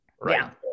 right